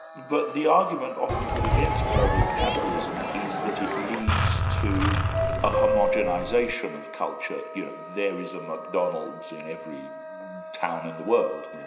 but the argument often put against global capitalism is that it leads to a homogenisation of culture, you know, there is a mcdonalds in every town in the world. yeah